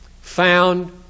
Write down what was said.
found